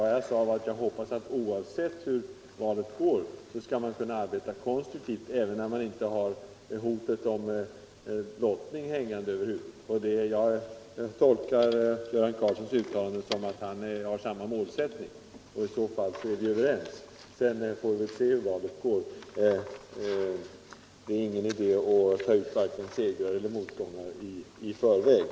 Vad jag sade var att jag hoppades att man, oavsett hur valet går, skall kunna arbeta konstruktivt, även om man inte har hotet om lottning hängande över huvudet. Jag tolkar Göran Karlssons uttalande på det sättet att han har samma målsättning. I så fall är vi ju överens. Sedan får vi se hur valet går; det är ingen idé att ta ut vare sig scgrar eller motgångar i förväg.